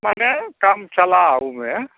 माने कम चलाऊ में